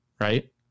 right